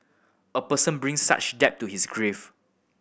a person brings such debt to his grave